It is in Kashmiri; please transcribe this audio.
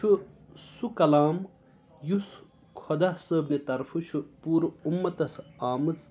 چھُ سُہ کَلام یُس خۅدا صٲبنہِ طرفہٕ چھُ پوٗرٕ اُمَتَس آمٕژ